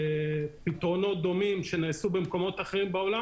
לפתרונות דומים שנעשו במקומות אחרים בעולם.